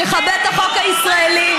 שיכבד את החוק הישראלי,